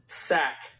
sack